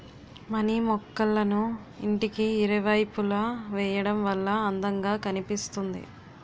money మొక్కళ్ళను ఇంటికి ఇరువైపులా వేయడం వల్ల అందం గా కనిపిస్తుంది